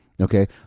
okay